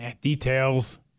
Details